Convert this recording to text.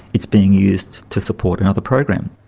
it's being used to support another program.